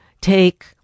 take